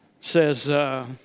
says